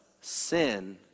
sin